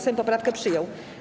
Sejm poprawkę przyjął.